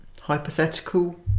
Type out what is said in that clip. hypothetical